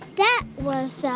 that was